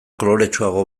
koloretsuago